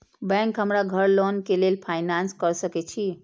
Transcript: Bank हमरा घर loan के लेल फाईनांस कर सके छे?